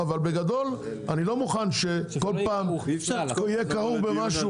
בגדול, אני לא מוכן שכל פעם יהיה כרוך במשהו.